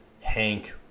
Hank